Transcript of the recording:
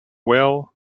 well